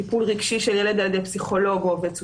טיפול רגשי של ילד על ידי פסיכולוג או עובד סוציאלי,